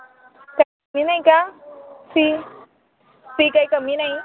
काय कमी नाही का फी फी काही कमी नाही